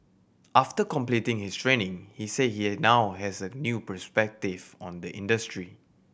after completing his training he said he now has a new perspective on the industry